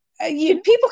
People